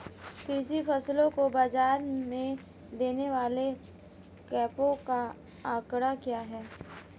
कृषि फसलों को बाज़ार में देने वाले कैंपों का आंकड़ा क्या है?